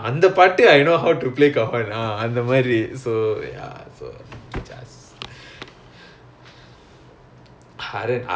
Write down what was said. ah okay K K the har~ haran never join this year is it